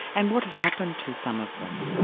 and what has happened to some of them?